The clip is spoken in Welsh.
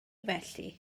felly